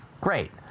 great